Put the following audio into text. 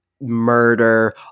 murder